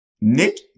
Nick